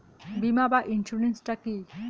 বিমা বা ইন্সুরেন্স টা কি?